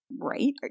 right